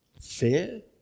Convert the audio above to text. fear